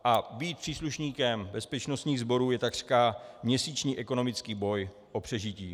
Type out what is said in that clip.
A být příslušníkem bezpečnostních sborů je takřka měsíční ekonomický boj o přežití.